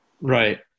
right